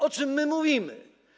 O czym my mówimy?